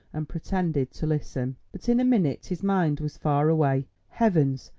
and pretended to listen. but in a minute his mind was far away. heavens,